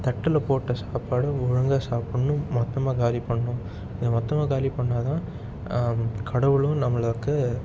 தட்டில் போட்ட சாப்பாடு ஒழுங்காக சாப்பிடணும் மொத்தமாக காலி பண்ணனும் இந்த மொத்தமாக காலி பண்ணிணா தான் கடவுளும் நம்மளுக்கு